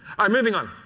um moving on.